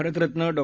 Bharat Ratna Dr